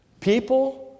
People